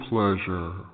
Pleasure